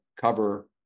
cover